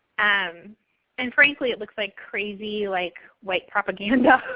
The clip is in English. um and frankly it looks like crazy like white propaganda.